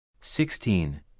Sixteen